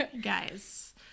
Guys